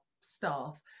staff